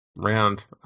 Round